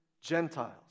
Gentiles